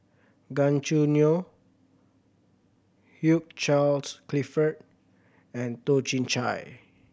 Gan Choo Neo Hugh Charles Clifford and Toh Chin Chye